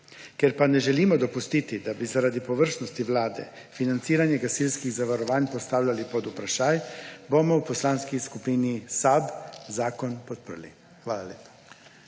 Ker pa ne želimo dopustiti, da bi zaradi površnosti Vlade financiranje gasilskih zavarovanj postavljali pod vprašaj, bomo v Poslanski skupini SAB zakon podprli.